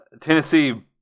Tennessee